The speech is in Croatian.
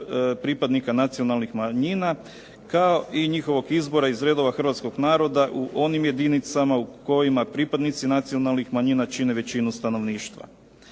pripadnika nacionalnih manjina kao i njihovog izbora iz redova hrvatskog naroda u onim jedinicama u kojima pripadnici nacionalnih manjina čine većinu stanovništva.